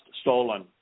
stolen